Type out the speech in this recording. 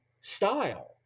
style